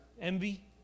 Envy